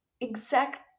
exact